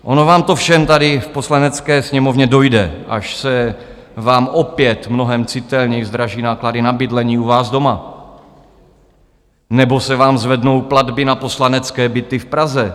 Ono vám to všem tady v Poslanecké sněmovně dojde, až se vám opět, mnohem citelněji, zdraží náklady na bydlení u vás doma, nebo se vám zvednou platby na poslanecké byty v Praze.